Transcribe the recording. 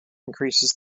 increases